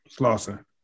Slauson